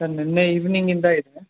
sir ನಿನ್ನೆ evening ಇಂದ ಇದೆ